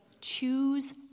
choose